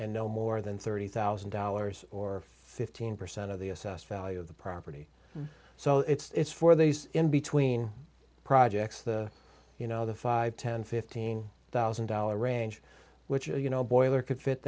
and no more than thirty thousand dollars or fifteen percent of the assessed value of the property so it's for these in between projects the you know the five ten fifteen thousand dollar range which you know a boiler could fit